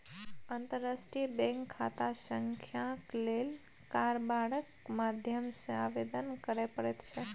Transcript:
अंतर्राष्ट्रीय बैंक खाता संख्याक लेल कारबारक माध्यम सँ आवेदन करय पड़ैत छै